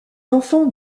enfants